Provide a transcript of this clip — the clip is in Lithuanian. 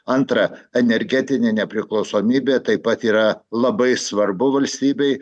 antra energetinė nepriklausomybė taip pat yra labai svarbu valstybei